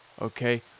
okay